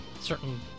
certain